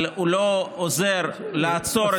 אבל הוא לא עוזר לעצור את ההתפשטות,